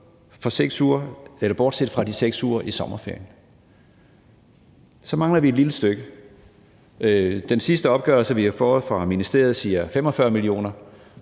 på alle ruter bortset fra de 6 uger i sommerferien. Og så mangler vi et lille stykke. Den sidste opgørelse, vi har fået fra ministeriet, siger 45 mio.